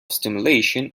stimulation